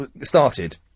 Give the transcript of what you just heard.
started